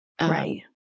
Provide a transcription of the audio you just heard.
right